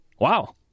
Wow